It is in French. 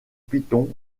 python